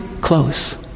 close